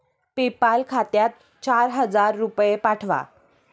PayPal खात्यात चार हजार रुपये पाठवा